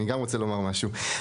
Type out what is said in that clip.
גם רוצה לומר משהו,